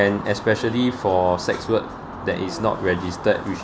and especially for sex work that is not registered with